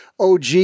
OG